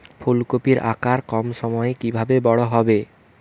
ফুলকপির আকার কম সময়ে কিভাবে বড় হবে?